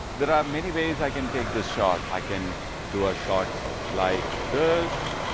there are many ways i can take this shot. i can do a shot like this,